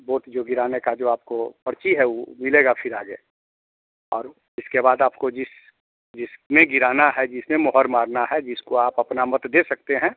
vote जो गिराने का जो आपको पर्ची है वो मिलेगा फिर आगे और इसके बाद आपको जिस जिसमें गिराना है जिसमें मोहर मारना है जिसको आप अपना मत दे सकते हैं